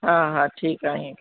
हा हा ठीकु आहे इअं